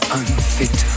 unfit